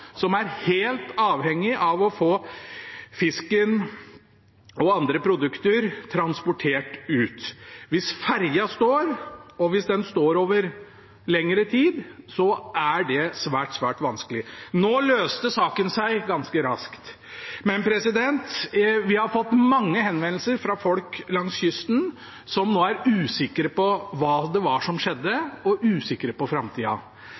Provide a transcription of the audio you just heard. som er helt avhengig av å få fisk og andre produkter transportert ut. Hvis ferja står, og hvis den står over lengre tid, er det svært vanskelig. Nå løste saken seg ganske raskt, men vi har fått mange henvendelser fra folk langs kysten som nå er usikre på hva det var som skjedde, og som er usikre på framtida.